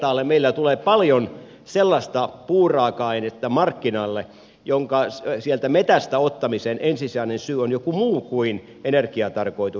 meillä tulee paljon sellaista puuraaka ainetta markkinoille jonka sieltä metsästä ottamisen ensisijainen syy on joku muu kuin energiatarkoitus